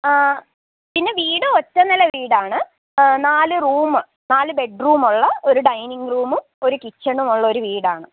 പിന്നെ വീട് ഒറ്റ നില വീടാണ് നാല് റൂമ് നാല് ബെഡ്റൂമുള്ള ഒരു ഡൈനിങ്ങ് റൂമും ഒരു കിച്ചണുമുള്ള വീടാണ്